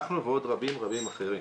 אנחנו ועוד רבים רבים אחרים.